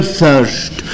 thirst